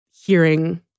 hearing